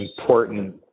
important